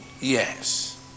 yes